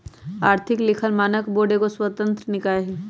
आर्थिक लिखल मानक बोर्ड एगो स्वतंत्र निकाय हइ